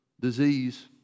disease